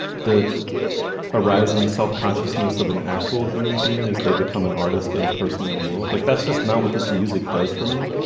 the arising self-consciousness of an actual human being as they become an artist and a person in the world. like that's just not what this music does for me.